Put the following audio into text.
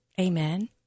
amen